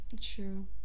true